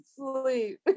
sleep